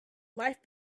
life